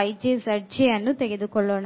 ಅನ್ನು ತೆಗೆದುಕೊಳ್ಳೋಣ